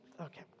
Okay